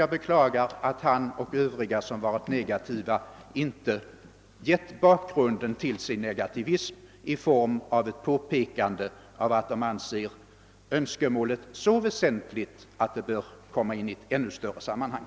Jag beklagar emellertid att han och övriga som ställt sig negativa inte angivit bakgrunden härtill genom ett påpekande av att de anser önskemålet så väsentligt att det bör tas upp i ett ännu större sammanhang.